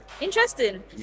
interesting